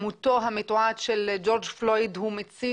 מותו המתועד של ג'ורג' פלויד הוא מצית,